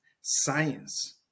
science